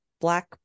black